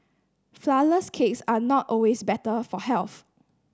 flourless cakes are not always better for health